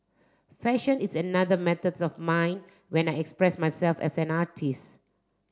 fashion is another methods of mine when I express myself as an artist